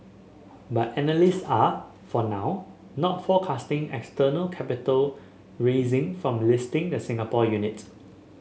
but analysts are for now not forecasting external capital raising from listing the Singapore unit